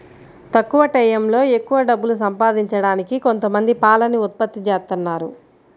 తక్కువ టైయ్యంలో ఎక్కవ డబ్బులు సంపాదించడానికి కొంతమంది పాలని ఉత్పత్తి జేత్తన్నారు